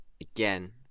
again